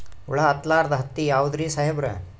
ಹುಳ ಹತ್ತಲಾರ್ದ ಹತ್ತಿ ಯಾವುದ್ರಿ ಸಾಹೇಬರ?